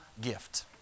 gift